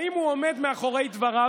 האם הוא עומד מאחורי דבריו,